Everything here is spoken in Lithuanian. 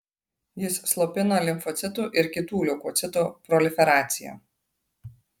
jis slopina limfocitų ir kitų leukocitų proliferaciją